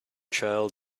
child